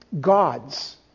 gods